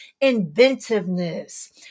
inventiveness